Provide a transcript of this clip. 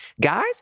Guys